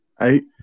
Eight